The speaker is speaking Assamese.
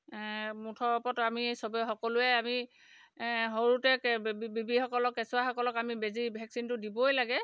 মুঠৰ ওপৰত আমি চবেই সকলোৱে আমি সৰুতে বেবিসকলক কেঁচুৱাসকলক আমি বেজী ভেকচিনটো দিবই লাগে